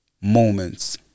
moments